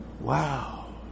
wow